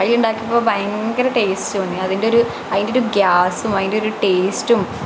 അതിൽ ഉണ്ടാക്കിയപ്പോൾ ഭയങ്കര ടേസ്റ്റ് തോന്നി അതിൻ്റെ ഒരു അതിൻ്റെ ഒരു ഗ്യാസും അതിൻ്റെ ഒരു ടേസ്റ്റും